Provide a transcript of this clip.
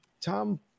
Tom